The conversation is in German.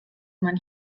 man